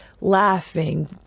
laughing